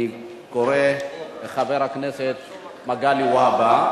אני קורא לחבר הכנסת מגלי והבה,